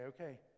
okay